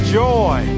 joy